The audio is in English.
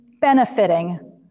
benefiting